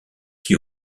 qui